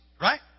right